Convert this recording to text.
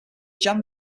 jan